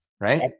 Right